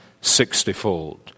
sixtyfold